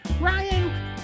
Ryan